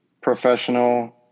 professional